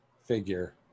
figure